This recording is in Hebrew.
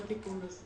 יתנגד.